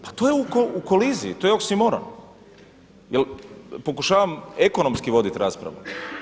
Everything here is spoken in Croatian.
Pa to je u koliziji, to je oksimoron, jel pokušavam ekonomski voditi raspravu.